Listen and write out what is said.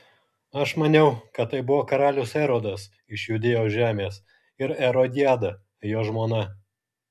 aš maniau kad tai buvo karalius erodas iš judėjos žemės ir erodiada jo žmona